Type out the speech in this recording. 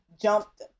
jumped